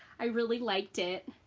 i really liked it.